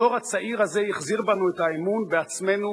הדור הצעיר הזה החזיר בנו את האמון בעצמנו,